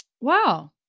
Wow